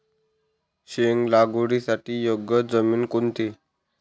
शेंग लागवडीसाठी योग्य जमीन कोणती?